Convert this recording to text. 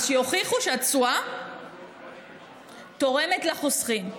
אז שיוכיחו שהתשואה תורמת לחוסכים.